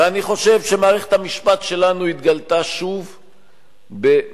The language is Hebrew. ואני חושב שמערכת המשפט שלנו התגלתה שוב במערומיה.